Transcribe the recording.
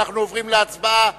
אנחנו עוברים להצבעה.